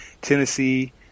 Tennessee